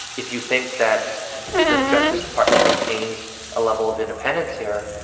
if you think that the justice department maintains a level of independence here,